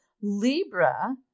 Libra